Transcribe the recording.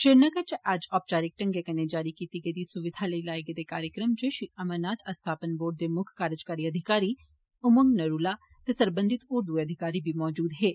श्रीनगर च अज्ज औपचारिक ढंगै कन्नै जारी कीती गेदी इस सुविघा लेई लाए गेदे कार्यक्रम च श्री अमरनाथ अस्थापन बोर्ड दे मुक्ख कार्यकारी अधिकारी उमंग नरूला ते सरबंधित होर अधिकारी बी मौजूद हे